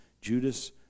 Judas